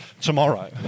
tomorrow